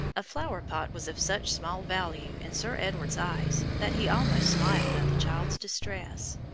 a flower-pot was of such small value in sir edward's eyes that he almost smiled at the child's distress.